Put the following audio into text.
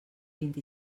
vint